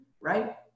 right